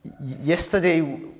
Yesterday